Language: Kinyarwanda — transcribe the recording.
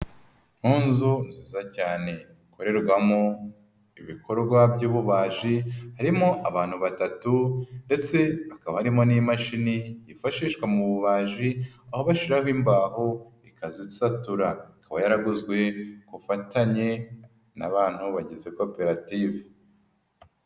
Mu nzuza cyane ikorerwamo ibikorwa by'ububaji, harimo abantu batatu ndetse hakaba harimo n'imashini yifashishwa mu bubaji, aho bashiraho imbaho ikazisatura. Ikaba yaraguzwe ku bufatanye n'abantu bagize koperative.